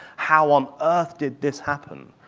how on earth did this happen,